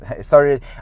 started